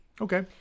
Okay